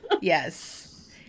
Yes